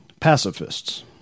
pacifists